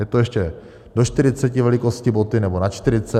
Je to ještě do 40 velikosti boty, nebo nad 40?